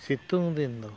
ᱥᱤᱛᱩᱝ ᱫᱤᱱ ᱫᱚ